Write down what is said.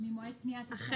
ממועד פניית השר.